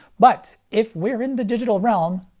but, if we're in the digital realm,